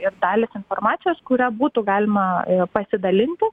ir dalys informacijos kuria būtų galima pasidalinti